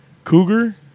Cougar